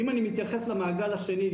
אם אני מתייחס למעגל השני,